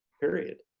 period,